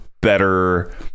better